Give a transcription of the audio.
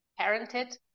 parented